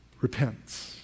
Repents